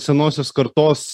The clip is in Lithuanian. senosios kartos